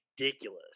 ridiculous